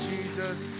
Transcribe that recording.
Jesus